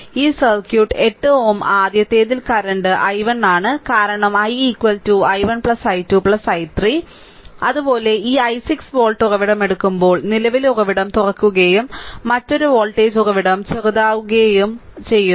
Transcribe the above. ഈ സർക്യൂട്ട് 8 Ω ആദ്യത്തേതിൽ current i1 ആണ് കാരണം i i1 i2 i3 അതുപോലെ ഈ 16 വോൾട്ട് ഉറവിടം എടുക്കുമ്പോൾ നിലവിലെ ഉറവിടം തുറക്കുകയും മറ്റൊരു വോൾട്ടേജ് ഉറവിടം ചെറുതാക്കുകയും ചെയ്യുന്നു